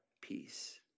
peace